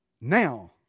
now